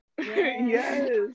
yes